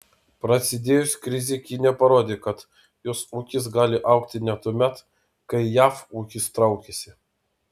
prasidėjus krizei kinija parodė kad jos ūkis gali augti net tuomet kai jav ūkis traukiasi